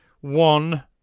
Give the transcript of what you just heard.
one